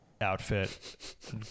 Outfit